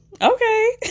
okay